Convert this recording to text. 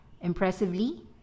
Impressively